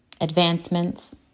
Advancements